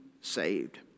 saved